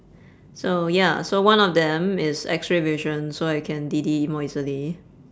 so ya so one of them is X-ray vision so I can D D more easily